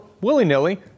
willy-nilly